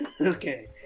Okay